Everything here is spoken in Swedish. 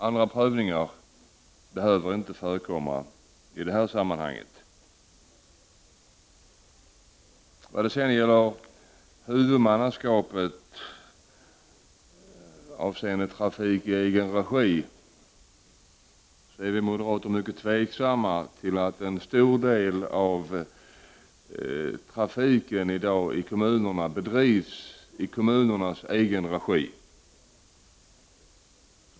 Andra prövningar behöver inte förekomma i det här sammanhanget. När det sedan gäller huvudmannaskapet avseende trafik i egen regi är vi moderater mycket tveksamma till att en stor del av trafiken i kommunerna i dag bedrivs i kommunernas egen regi.